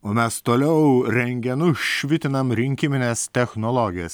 o mes toliau rengenu švitinam rinkimines technologijas